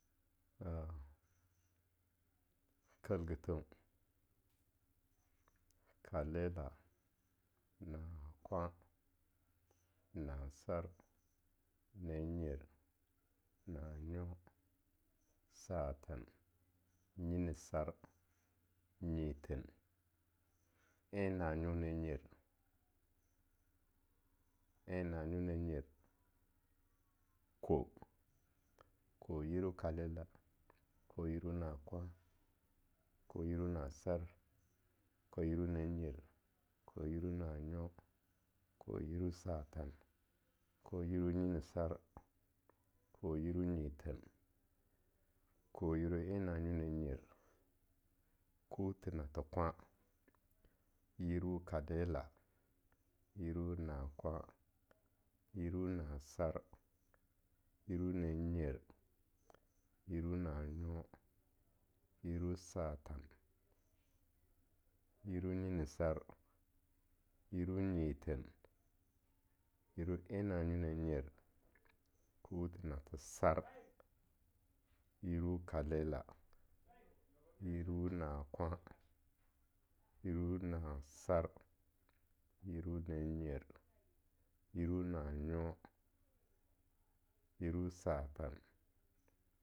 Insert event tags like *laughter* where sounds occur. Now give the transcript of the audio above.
*hesitation* Kalgethau, kalela, nakwan, nasar, nannyer, nanyo, saten, nyinisar, nyithen, en nanyo-nannyer, en nanyo-nannyer, kou, kou yiru kalela, kou yiru nakwan, kou yiru nasar, kou yiru nannyer, kou yiru nanyo, kou yiru saten, kou yiru en nyinisar, kou yiru nyithen, kou yiru en nanyo-nannyer, kuthi nathe kwan, yiru kalela, yiru nakwan, yiru nasar, yiru nannyer, yiru nanyo, yiru satan, yiru nyinisar, yiru nyithen, yiru en nanyo-nannyer, kuthi nathesar, *noise* yiru kalela, *noise* yiru nakwan, yiru nasar, yiru nannyer, yiru nanyo, yiru satan.